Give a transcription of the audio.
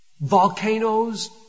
volcanoes